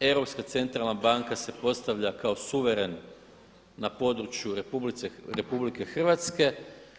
Europska centralna banka se postavlja kao suveren na području RH